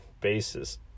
bases